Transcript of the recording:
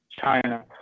China